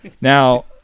Now